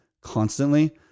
constantly